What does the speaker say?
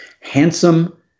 handsome